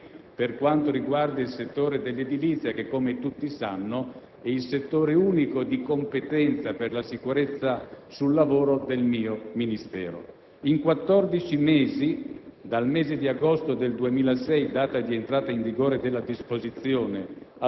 L'efficacia di questo provvedimento si può riscontrare nei seguenti dati per quanto riguarda il settore dell'edilizia che, come tutti sanno, è il settore unico di competenza per la sicurezza sul lavoro del mio Ministero. In